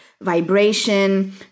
vibration